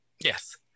Yes